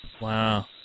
Wow